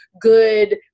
good